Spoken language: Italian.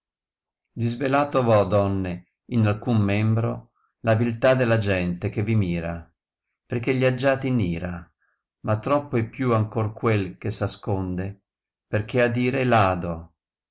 disvelato v ho donne in alcun membro la viltà della gente che vi mira perchè gli aggiate in ira ma troppo è più ancor quel che s asconde perchè a dire è ledo